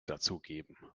dazugeben